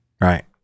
Right